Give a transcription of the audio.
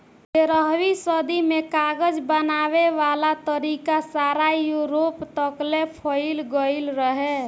तेरहवीं सदी में कागज बनावे वाला तरीका सारा यूरोप तकले फईल गइल रहे